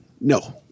No